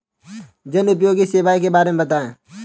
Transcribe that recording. जनोपयोगी सेवाओं के बारे में बताएँ?